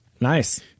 Nice